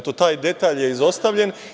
Taj detalj je izostavljen.